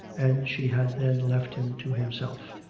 and she had then left him to himself.